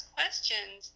questions